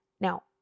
Now